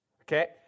okay